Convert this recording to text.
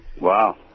Wow